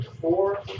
four